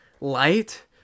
light